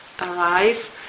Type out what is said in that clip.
arise